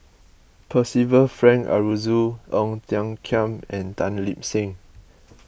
Percival Frank Aroozoo Ong Tiong Khiam and Tan Lip Seng